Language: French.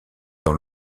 dans